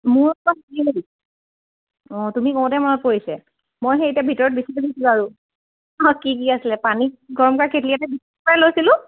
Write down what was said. মোৰ অঁ তুমি কওতে মনত পৰিছে মই সেই এতিয়া ভিতৰত লেখিব লৈছিলোঁ আৰু অঁ কি কি আছিলে পানী গৰম কৰা কেতলী এটা লৈছিলোঁ